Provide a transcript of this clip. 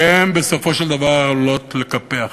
שבסופו של דבר עלולות לקפח.